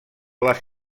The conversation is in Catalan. les